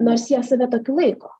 nors jie save tokiu laiko